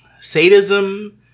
Sadism